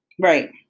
Right